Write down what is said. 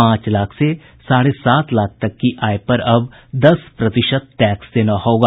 पांच लाख से साढ़े सात लाख तक की आय पर अब दस प्रतिशत टैक्स देना होगा